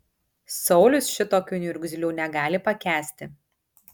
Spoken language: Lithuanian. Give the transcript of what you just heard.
saulius šitokių niurgzlių negali pakęsti